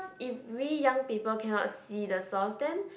if really young people cannot see the sauce then